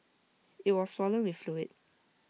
IT was swollen with fluid